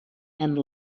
and